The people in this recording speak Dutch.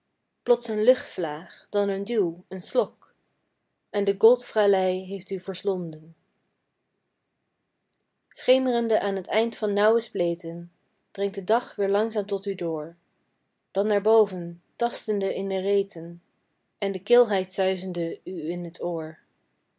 plots een luchtvlaag dan een duw een slok en de goldfralei heeft u verslonden schemerende aan het eind van nauwe spleten dringt de dag weer langzaam tot u door dan naar boven tastende in de reten en de kilheid suizende u in t oor